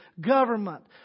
government